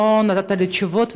לא נתת לי תשובות,